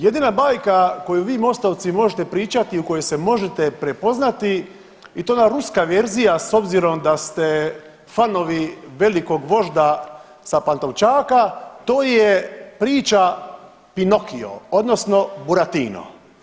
Jedina bajka koju vi MOstovci možete pričati u koju se možete prepoznati i to ona ruska verzija s obzirom da ste fanovi velikog vožda sa Pantovčaka, to je priča Pinokio odnosno Buratino.